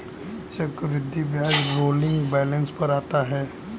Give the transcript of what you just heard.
चक्रवृद्धि ब्याज rolling balance पर आता है